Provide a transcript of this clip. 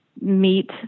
meet